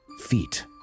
Feet